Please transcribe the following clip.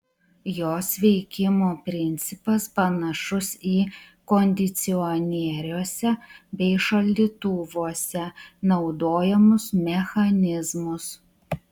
jos veikimo principas panašus į kondicionieriuose bei šaldytuvuose naudojamus mechanizmus